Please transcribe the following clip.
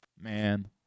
Man